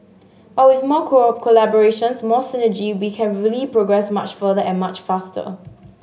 but with more collaborations more synergy we can really progress much further and much faster